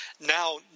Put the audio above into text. now